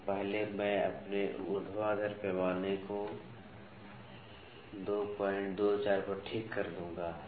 तो पहले मैं अपने ऊर्ध्वाधर पैमाने को 224 पर ठीक कर दूंगा